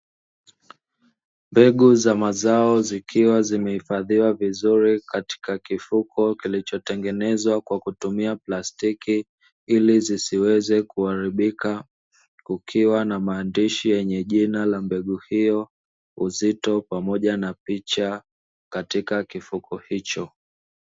Mbegu za mazao zikiwa zimehifadhiwa vizuri katika kifuko kilichotengenezwa kwa kutumia plastiki, ili zisiweze kuharibika kukiwa na maandishi yenye jina la mbegu hiyo, uzito, pamoja na picha katika kifuko hicho.